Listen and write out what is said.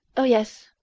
oh, yes,